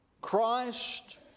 Christ